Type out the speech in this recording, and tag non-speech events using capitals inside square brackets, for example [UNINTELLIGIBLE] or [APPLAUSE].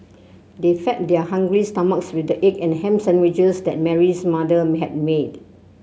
they fed their hungry stomachs with the egg and ham sandwiches that Mary's mother [UNINTELLIGIBLE] had made